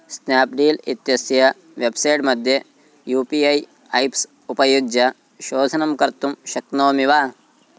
snap deal इत्यस्य website मध्ये U P I apps उपयुज्य शोधनं कर्तुं शक्नोमि वा